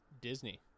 Disney